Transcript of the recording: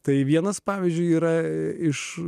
tai vienas pavyzdžiui yra iš